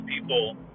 people